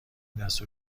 دستور